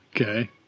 Okay